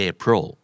April